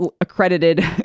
accredited